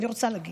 אני רוצה להגיב.